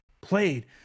played